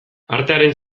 artearen